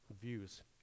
views